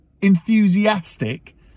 enthusiastic